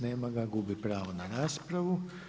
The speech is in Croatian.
Nema ga, gubi pravo na raspravu.